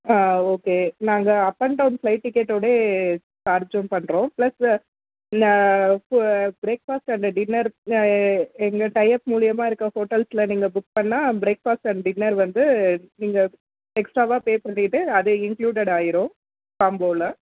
ஆ okay நாங்கள் up and down flight டிக்கெட்டோடே சார்ஜும் பண்ணுறோம் ப்ளஸ்ஸு இந்த ஃபு ப்ரேக்ஃபாஸ்ட் அண்டு டின்னர் எங்கள் டையப் மூலியமாக இருக்க ஹோட்டல்ஸில் நீங்கள் புக் பண்ணால் ப்ரேக்ஃபாஸ்ட் அண்ட் டின்னர் வந்து நீங்கள் எக்ஸ்ட்டாவாக பே பண்ணிவிட்டு அது இன்க்ளூடட் ஆயிடும் காம்போவில